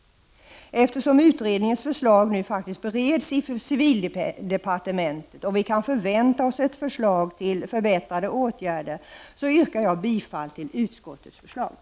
Eftersom utredningens förslag nu bereds i civildepartementet och vi kan förvänta oss ett förslag till förbättrade åtgärder yrkar jag bifall till utskottets hemställan.